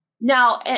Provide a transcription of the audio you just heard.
now